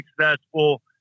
successful